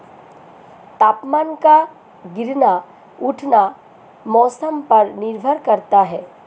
तापमान का गिरना उठना मौसम पर निर्भर करता है